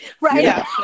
Right